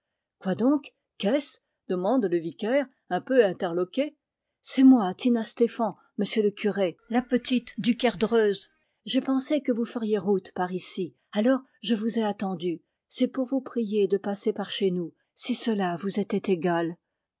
quoi donc qu'est-ce demande le vicaire un peu interloqué c'est moi tina stéphan monsieur le curé la petite du kerdreuz j'ai pensé que vous feriez route par ici alors je vous ai attendu c'est pour vous prier de passer par chez nous si cela vous était égal